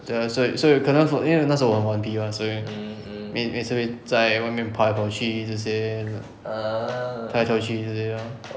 对 ah 所以所以有可能 for 因为那时候我很顽皮 mah 所以每每次会在外面跑来跑去这些跳来跳去这些 lor